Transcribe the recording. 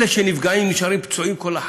אלה שנפגעים נשארים פצועים כל החיים.